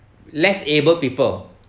less abled people